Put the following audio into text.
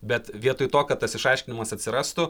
bet vietoj to kad tas išaiškinimas atsirastų